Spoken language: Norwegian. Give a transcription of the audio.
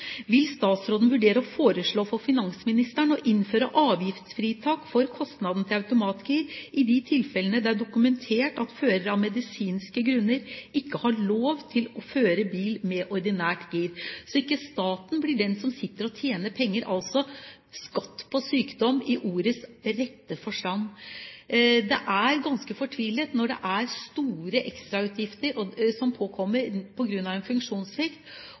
Vil statsråden vurdere å foreslå for finansministeren å innføre avgiftsfritak for kostnaden til automatgir i de tilfellene det er dokumentert at fører av medisinske grunner ikke har lov til å føre bil med ordinært gir, så ikke staten blir den som sitter og tjener penger, altså skatt på sykdom i ordets rette forstand? Det er ganske fortvilet når det er store ekstrautgifter som påløper på grunn av en funksjonssvikt.